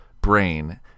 brain